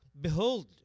Behold